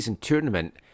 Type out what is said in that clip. tournament